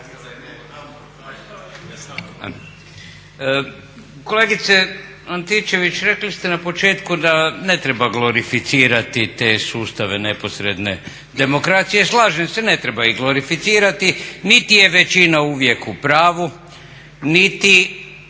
Kolegice Antičević, rekli ste na početku da ne treba glorificirati te sustave neposredne, demokracije, slažem se, ne treba ih glorificirati niti je većina uvijek u pravu, niti